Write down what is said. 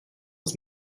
ist